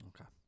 Okay